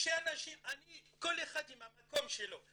כל אחד עם המקום שלו.